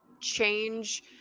change